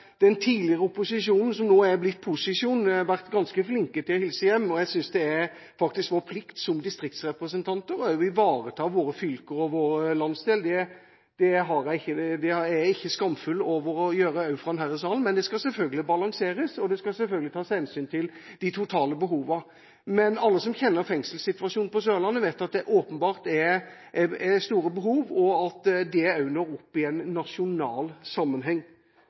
vært ganske flink til å hilse hjem. Jeg synes det faktisk er vår plikt som distriktsrepresentanter også å ivareta våre fylker og vår landsdel. Det er jeg ikke skamfull over å gjøre fra denne salen, men det skal selvfølgelig balanseres, og det skal selvfølgelig tas hensyn til de totale behovene. Men alle som kjenner fengselssituasjonen på Sørlandet, vet at det åpenbart er store behov, og at det også når opp i en nasjonal sammenheng.